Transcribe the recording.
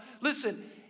listen